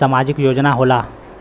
सामाजिक योजना का होला?